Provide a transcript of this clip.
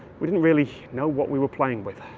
we didn't really know what we were playing with.